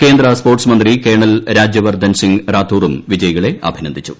കേന്ദ്ര സ്പോർട്സ് മന്ത്രി കേണൽ രാജ്യവർദ്ധൻ സിംഗ് റാത്തോറും വിജയികളെ അഭിനന്ദിച്ചു